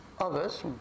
others